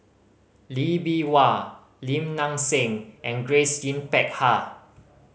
Lee Bee Wah Lim Nang Seng and Grace Yin Peck Ha